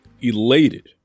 elated